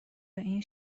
این